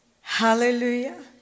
Hallelujah